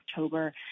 October